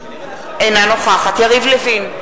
אינה נוכחת יריב לוין,